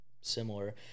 similar